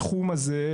בתחום הזה,